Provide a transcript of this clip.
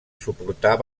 suportar